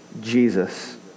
Jesus